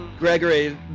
Gregory